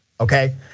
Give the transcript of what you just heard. okay